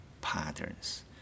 patterns